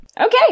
Okay